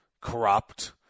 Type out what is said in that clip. corrupt